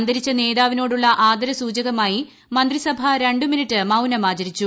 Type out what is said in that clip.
അന്തരിച്ച നേതാവിനോടുള്ള ആദര സൂചകമായി മന്ത്രിസഭ രണ്ടുമിനിട്ട് ആചരിച്ചു